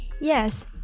Yes